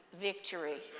victory